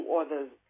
others